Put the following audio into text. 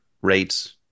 Rates